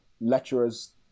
Lecturers